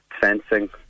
fencing